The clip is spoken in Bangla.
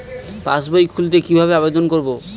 পাসবই খুলতে কি ভাবে আবেদন করব?